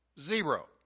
Zero